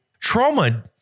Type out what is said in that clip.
Trauma